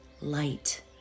light